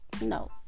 No